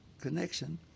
connection